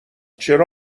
چرا